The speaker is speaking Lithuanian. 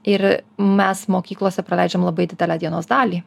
ir mes mokyklose praleidžiam labai didelę dienos dalį